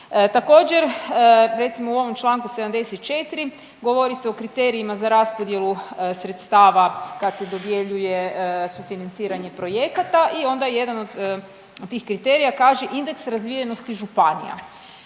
Također recimo u ovom članku 74. govori se o kriterijima za raspodjelu sredstava kad se dodjeljuje sufinanciranje projekata i onda jedan od tih kriterija kaže indeks razvijenosti županija.